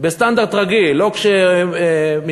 בסטנדרט רגיל, לא כשמתלהבים.